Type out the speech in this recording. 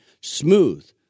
smooth